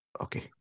okay